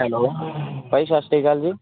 hello ਭਾਅ ਜੀ ਸਤਿ ਸ਼੍ਰੀ ਅਕਾਲ ਜੀ